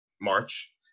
March